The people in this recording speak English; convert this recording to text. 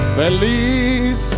feliz